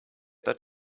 that